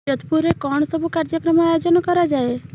ଯାଜପୁରରେ କଣ ସବୁ କାର୍ଯ୍ୟକ୍ରମ ଆୟୋଜନ କରାଯାଏ